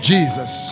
Jesus